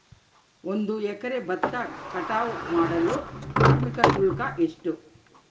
ಒಂದು ಎಕರೆ ಭತ್ತ ಕಟಾವ್ ಮಾಡಲು ಕಾರ್ಮಿಕ ಶುಲ್ಕ ಎಷ್ಟು?